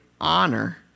honor